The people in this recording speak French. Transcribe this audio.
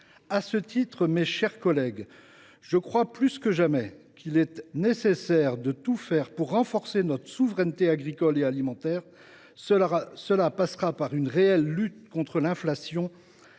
À ce titre, mes chers collègues, je crois plus que jamais qu’il est nécessaire de tout faire pour renforcer notre souveraineté agricole et alimentaire. Cela passera par une réelle lutte contre l’inflation